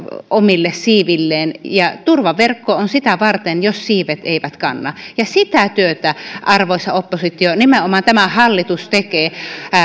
omille siivilleen ja turvaverkko on sitä varten jos siivet eivät kanna sitä työtä arvoisa oppositio nimenomaan tämä hallitus tekee